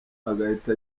agahita